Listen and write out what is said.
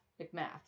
McMath